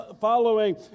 following